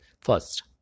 first